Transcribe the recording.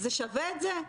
זה שווה את זה?